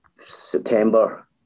September